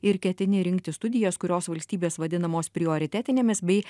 ir ketini rinktis studijas kurios valstybės vadinamos prioritetinėmis bei